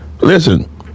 Listen